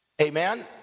Amen